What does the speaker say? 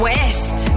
West